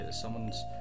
someone's